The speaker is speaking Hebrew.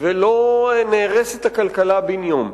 ולא נהרסת הכלכלה בן-יום.